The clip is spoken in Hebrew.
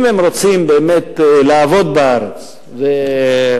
אם הם רוצים באמת לעבוד בארץ ולתרום